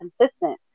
consistent